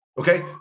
Okay